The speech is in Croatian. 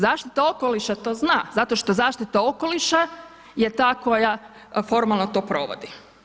Zaštita okoliša to zna zato što zaštita okoliša je ta koja formalno to provodi.